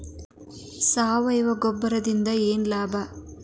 ಸಾವಯವ ಗೊಬ್ಬರದಿಂದ ಏನ್ ಲಾಭ?